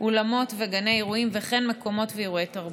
אולמות וגני אירועים, וכן מקומות ואירועי תרבות.